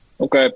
Okay